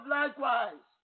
likewise